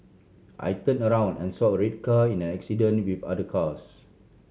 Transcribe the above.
I turned around and saw a red car in an accident with other cars